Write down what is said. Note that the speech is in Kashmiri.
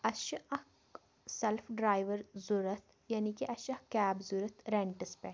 اسہِ چھِ اَکھ سیٚلٕف ڈرٛایوَر ضروٗرت یعنی کہِ اسہِ چھِ اَکھ کیب ضروٗرت ریٚنٛٹَس پٮ۪ٹھ